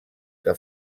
que